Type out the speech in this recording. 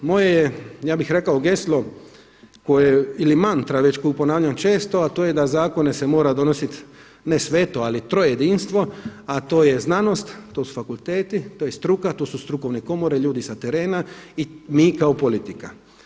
Moje je ja bih rekao geslo koje ili mantra koju već ponavljam često, a to je da zakone se mora donositi ne sveto ali trojedinstvo, a to je znanost, to su fakulteti, to je struka, to su strukovne komore, ljudi sa terena i mi kao politika.